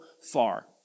far